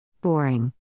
Boring